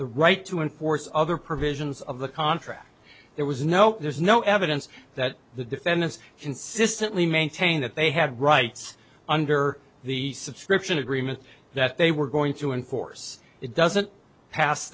the right to enforce other provisions of the contract there was no there's no evidence that the defendants consistently maintained that they had rights under the subscription agreement that they were going to enforce it doesn't pass